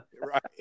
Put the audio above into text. Right